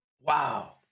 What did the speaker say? Wow